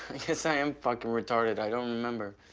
guess i am fucking retarded, i don't remember.